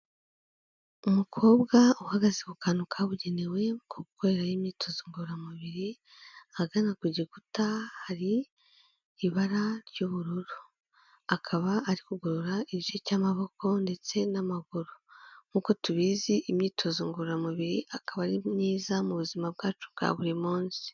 Umkobwa uhagaze ku kantu kabugenewe gukoreraho imyitozo ngororamubiri ahagana ku gikuta hari ibara ry'ubururu, akaba ari kugorora igice cy'amaboko ndetse n'amaguru nk'uko tubizi imyitozo ngororamubiri akaba ari myiza mu buzima bwacu bwa buri munsi.